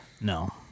No